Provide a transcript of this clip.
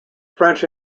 french